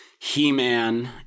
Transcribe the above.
He-Man